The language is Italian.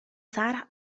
sara